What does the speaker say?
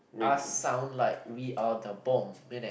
us sound like we are bomb in it